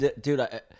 Dude